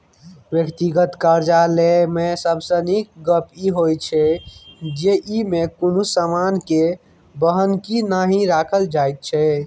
व्यक्तिगत करजा लय मे सबसे नीक गप ई होइ छै जे ई मे कुनु समान के बन्हकी नहि राखल जाइत छै